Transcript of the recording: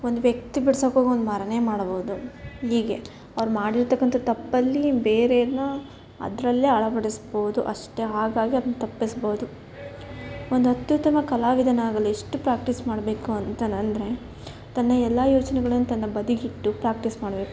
ಒಂದು ವ್ಯಕ್ತಿ ಬಿಡ್ಸಕ್ಕೆ ಹೋಗಿ ಒಂದು ಮರನೇ ಮಾಡ್ಬೋದು ಹೀಗೆ ಅವ್ರು ಮಾಡಿರತಕಂಥ ತಪ್ಪಲ್ಲಿ ಬೇರೆನ ಅದರಲ್ಲೇ ಅಳವಡಿಸ್ಬೋದು ಅಷ್ಟೆ ಹಾಗಾಗಿ ಅದನ್ನು ತಪ್ಪಿಸ್ಬೋದು ಒಂದು ಅತ್ಯುತ್ತಮ ಕಲಾವಿದನಾಗಲು ಎಷ್ಟು ಪ್ರಾಕ್ಟಿಸ್ ಮಾಡಬೇಕು ಅಂತ ನ್ ಅಂದರೆ ತನ್ನ ಎಲ್ಲ ಯೋಚನೆಗಳನ್ನು ತನ್ನ ಬದಿಗಿಟ್ಟು ಪ್ರಾಕ್ಟಿಸ್ ಮಾಡ್ಬೇಕು